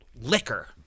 liquor